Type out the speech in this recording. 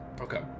Okay